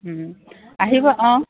আহিব অঁ